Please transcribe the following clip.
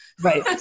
right